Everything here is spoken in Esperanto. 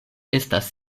estas